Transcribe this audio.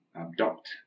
abduct